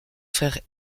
frères